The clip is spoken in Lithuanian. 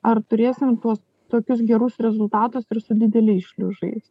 ar turėsim tuos tokius gerus rezultatus ir su dideliais šliužais